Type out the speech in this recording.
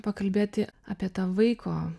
pakalbėti apie tą vaiko